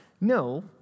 No